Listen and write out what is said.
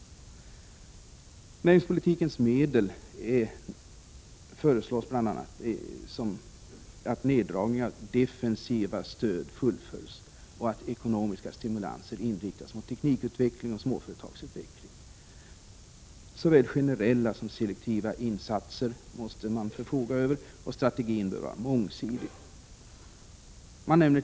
Näringspolitikens medel föreslås vara att neddragningen av defensiva stöd fullföljs och att ekonomiska stimulanser inriktas mot teknikutveckling och småföretagsutveckling. Såväl generella som selektiva insatser måste man förfoga över. Strategin bör vara mångsidig.